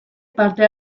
parte